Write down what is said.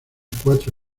cuatro